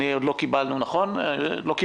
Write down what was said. עוד לא קיבלנו בוועדה,